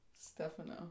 Stefano